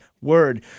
Word